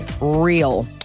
real